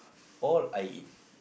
all I eat